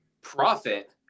profit